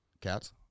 Cats